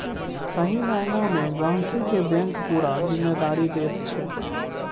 सही माइना मे गहिंकी केँ बैंक पुरा जिम्मेदारी दैत छै